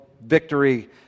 Victory